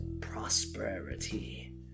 prosperity